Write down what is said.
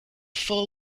full